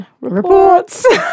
Reports